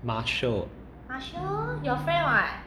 marcia